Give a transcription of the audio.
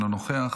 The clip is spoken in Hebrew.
אינו נוכח,